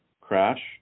crash